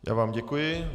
Já vám děkuji.